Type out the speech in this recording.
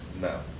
No